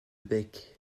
beck